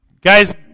Guys